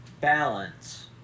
balance